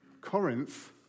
Corinth